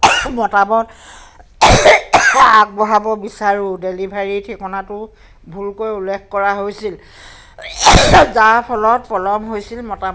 মতামত আগবঢ়াব বিচাৰো ডেলিভাৰী ঠিকনাটো ভুলকৈ উল্লেখ কৰা হৈছিল যাৰ ফলত পলম হৈছিল মতামত